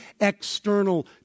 external